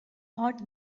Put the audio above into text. hot